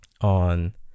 on